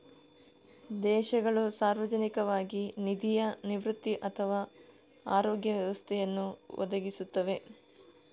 ದೇಶಗಳು ಸಾರ್ವಜನಿಕವಾಗಿ ನಿಧಿಯ ನಿವೃತ್ತಿ ಅಥವಾ ಆರೋಗ್ಯ ವ್ಯವಸ್ಥೆಯನ್ನು ಒದಗಿಸುತ್ತವೆ